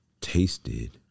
tasted